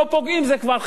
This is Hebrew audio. זה כבר חישוב אחר,